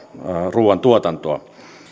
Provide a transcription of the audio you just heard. ruuantuotantoa